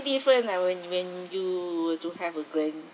different ah when you when you do have a grandchild